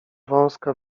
wąska